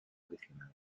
original